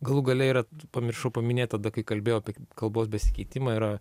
galų gale yra pamiršau paminėt tada kai kalbėjo apie kalbos pasikeitimą yra